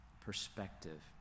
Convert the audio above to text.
perspective